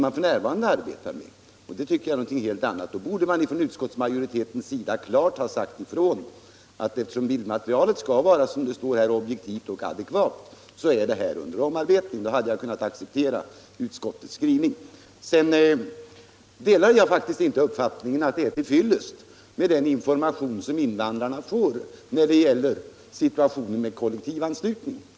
Majoriteten borde då klart ha sagt ifrån att broschyren är under om arbetning eftersom bildmaterialet skall vara ”objektivt och adekvat” som det heter. Då hade jag kunnat acceptera utskottets skrivning. Jag delar faktiskt inte uppfattningen att den information som invandrarna får när det gäller kollektivanslutningen är till fyllest.